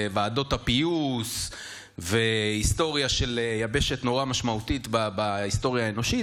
בוועדות הפיוס ובהיסטוריה של יבשת נורא משמעותית בהיסטוריה האנושית,